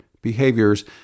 Behaviors